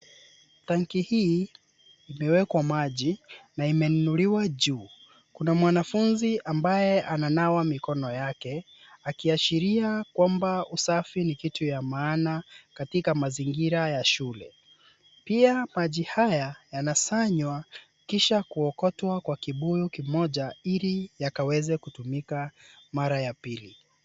Tanki hii imewekwa maji na imeinuliwa juu. Kuna mwanafunzi ambaye ananawa mikono yake, akiashiria kwamba usafi ni kitu ya maana katika mazingira ya shule. Pia maji haya yanasanywa kisha kuokotwa kwa kibuyu kimoja ili yakaweze kutumika mara ya pili.